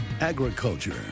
Agriculture